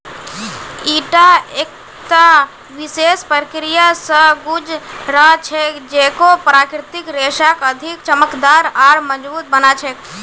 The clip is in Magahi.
ईटा एकता विशेष प्रक्रिया स गुज र छेक जेको प्राकृतिक रेशाक अधिक चमकदार आर मजबूत बना छेक